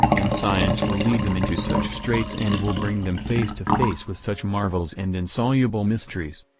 and science will lead them into such straights and will bring them face to face with such marvels and insoluble mysteries,